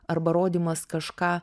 arba rodymas kažką